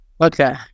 Okay